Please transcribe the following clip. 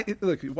Look